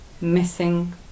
missing